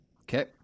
Okay